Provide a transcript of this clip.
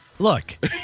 Look